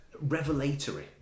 revelatory